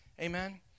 Amen